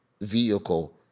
vehicle